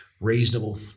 reasonable